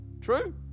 True